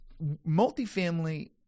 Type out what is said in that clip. multifamily